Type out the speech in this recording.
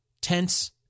tense